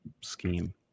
scheme